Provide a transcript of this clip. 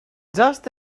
just